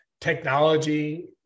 technology